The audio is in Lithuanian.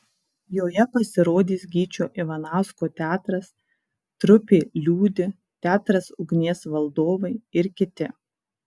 joje pasirodys gyčio ivanausko teatras trupė liūdi teatras ugnies valdovai ir kiti